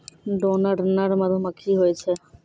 drone नर मधुमक्खी होय छै